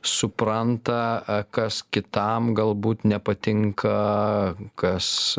supranta kas kitam galbūt nepatinka kas